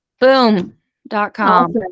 Boom.com